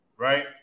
right